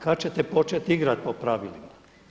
Kada ćete početi igrati po pravilima?